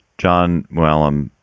john? well, i'm.